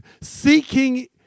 seeking